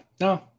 No